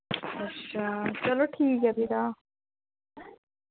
अच्छा चलो ठीक ऐ फ्ही तां